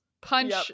Punch